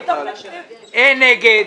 אין נגד.